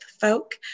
folk